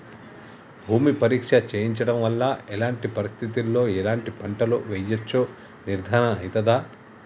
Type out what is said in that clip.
భూమి పరీక్ష చేయించడం వల్ల ఎలాంటి పరిస్థితిలో ఎలాంటి పంటలు వేయచ్చో నిర్ధారణ అయితదా?